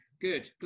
Good